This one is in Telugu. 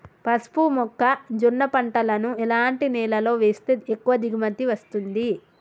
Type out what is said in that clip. పసుపు మొక్క జొన్న పంటలను ఎలాంటి నేలలో వేస్తే ఎక్కువ దిగుమతి వస్తుంది?